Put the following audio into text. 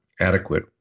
adequate